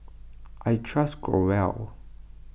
I trust Growell